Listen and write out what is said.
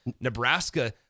Nebraska